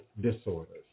disorders